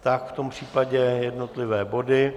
Tak v tom případě jednotlivé body.